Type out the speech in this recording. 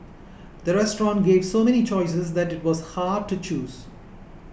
the restaurant gave so many choices that it was hard to choose